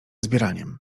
zbieraniem